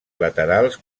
laterals